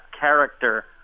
character